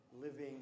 living